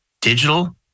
digital